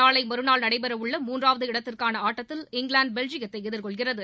நாளை மறுநாள் நடைபெறவுள்ள மூன்றாவது இடத்திற்கான ஆட்டத்தில் இங்கிலாந்து பெல்ஜியத்தை எதிர்கொள்கிறது